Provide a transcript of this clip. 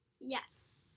Yes